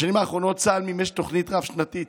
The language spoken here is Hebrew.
בשנים האחרונות צה"ל מימש תוכנית רב-שנתית,